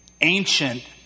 ancient